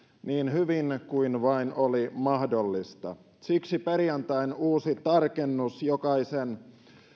niin hyvin kuin vain oli mahdollista siksi perjantain uusi tarkennus jokaisen